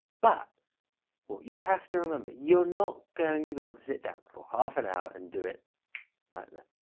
but what you have to remember you're not going to be able to sit down for half an hour and do it like that.